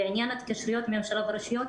בעניין ההתקשרויות עם הממשלה והרשויות,